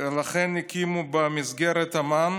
לכן הקימו במסגרת אמ"ן